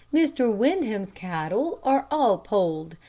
mr. windham's cattle are all polled,